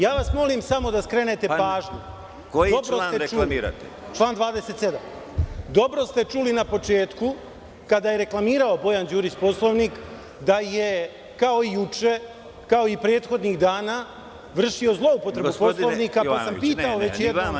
Ja vas molim samo da skrenete pažnju, reklamiram član 27. i dobro ste čuli na početku, kada je reklamirao Bojan Đurić Poslovnik, da je kao i juče i prethodnih dana vršio zloupotrebu poslovnika, pa sam pitao čime je on privilegovan.